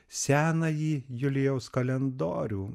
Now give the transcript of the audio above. senąjį julijaus kalendorių